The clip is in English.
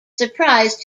surprised